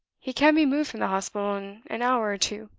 he can be moved from the hospital in an hour or two.